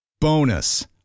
Bonus